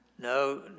No